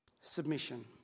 Submission